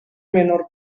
menor